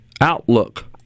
outlook